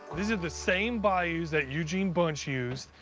this is the same bayous that eugene bunch used.